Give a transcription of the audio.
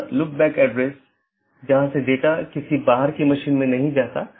अन्यथा पैकेट अग्रेषण सही नहीं होगा